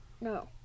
No